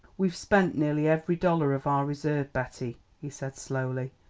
we've spent nearly every dollar of our reserve, betty, he said slowly,